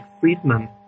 Friedman